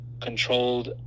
controlled